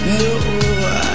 no